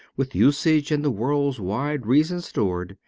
with usage and the world's wide reason stored,